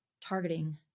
targeting